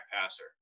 passer